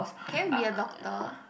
can you be a doctor